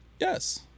Yes